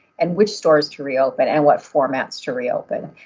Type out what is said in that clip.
and which stores to reopen, and what formats to reopen.